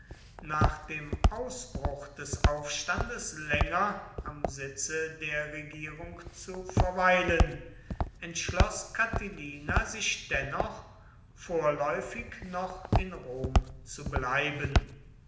nach dem ausbruch des aufstandes länger am sitze der regierung zu verweilen entschloß catilina sich dennoch vorläufig noch in rom zu bleiben